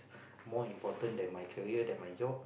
more important than my career than my job